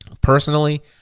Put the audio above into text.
Personally